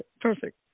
Perfect